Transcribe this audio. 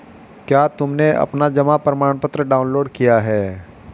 क्या तुमने अपना जमा प्रमाणपत्र डाउनलोड किया है?